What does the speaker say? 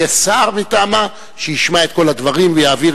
יהיה שר מטעמה שישמע את כל הדברים ויעביר